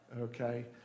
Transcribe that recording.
Okay